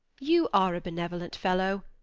you are a benevolent fellow,